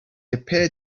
appeared